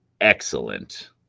excellent